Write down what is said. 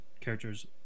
characters